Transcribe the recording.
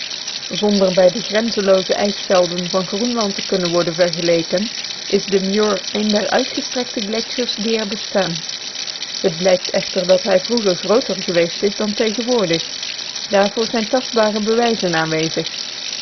zonder bij de grenzenlooze ijsvelden van groenland te kunnen worden vergeleken is de muir een der uitgestrektste gletschers die er bestaan het blijkt echter dat hij vroeger grooter geweest is dan tegenwoordig daarvoor zijn tastbare bewijzen aanwezig